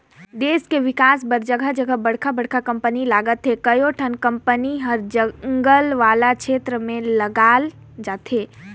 देस के बिकास बर जघा जघा बड़का बड़का कंपनी लगत हे, कयोठन कंपनी हर जंगल वाला छेत्र में लगाल जाथे